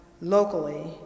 locally